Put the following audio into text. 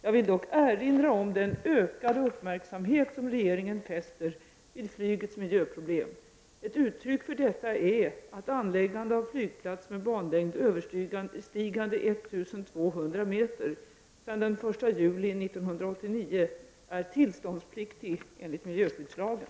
Jag vill dock erinra om den ökade uppmärksamhet som regeringen fäster vid flygets miljöproblem. Ett uttryck för detta är att anläggande av flygplats med banlängd överstigande 1 200 meter sedan den 1 juli 1989 är tillståndspliktig enligt miljöskyddslagen.